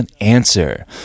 answer